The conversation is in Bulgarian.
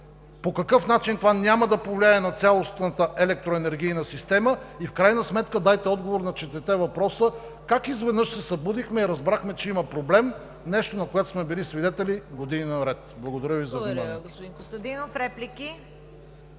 по какъв начин това няма да повлияе на цялостната електроенергийна система! И в крайна сметка дайте отговор на четирите въпроса! Как изведнъж се събудихме и разбрахме, че има проблем – нещо, на което сме били свидетели години наред? Благодаря Ви за вниманието.